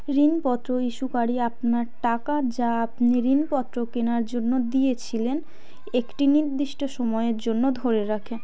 ঋণপত্র ইস্যুকারী আপনার টাকা যা আপনি ঋণপত্র কেনার জন্য দিয়েছিলেন একটি নির্দিষ্ট সময়ের জন্য ধরে রাখে